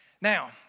Now